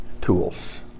tools